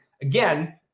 Again